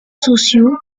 sociaux